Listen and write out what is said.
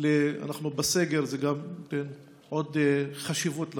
אנחנו בסגר, וזה נותן עוד חשיבות לנושא.